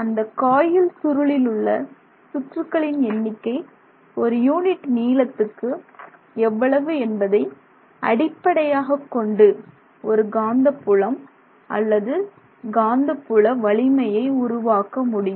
அந்த காயில் சுருளிலுள்ள சுற்றுகளின் எண்ணிக்கை ஒரு யூனிட் நீளத்துக்கு எவ்வளவு என்பதை அடிப்படையாகக் கொண்டு ஒரு காந்தப்புலம் அல்லது காந்தப்புல வலிமையை உருவாக்க முடியும்